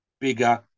Bigger